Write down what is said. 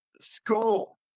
school